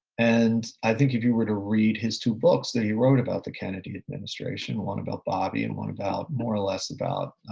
and i think if you were to read his two books that he wrote about the kennedy administration, one about bobby and one about more or less about